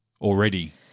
already